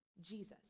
jesus